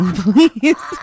please